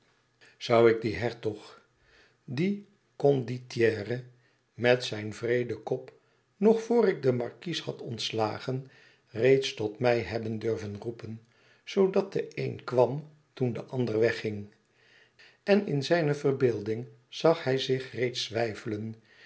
zoû ik dien hertog dien condottiere met zijn wreeden kop nog vor ik den markies had ontslagen reeds tot mij hebben durven roepen zoodat de een kwam toen de ander wegging en in zijne verbeelding zag hij zich reeds weifelen